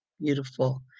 Beautiful